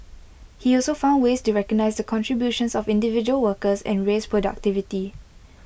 he also found ways to recognise the contributions of individual workers and raise productivity